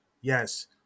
Yes